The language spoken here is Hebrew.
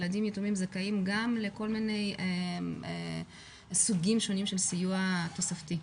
ילדים יתומים זכאים גם לכל מיני סוגים שונים של סיוע תוספתי.